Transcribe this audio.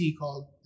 called